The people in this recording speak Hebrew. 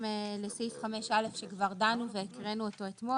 לסעיף 5א שכבר דנו בו והקראנו אותו אתמול.